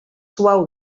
suau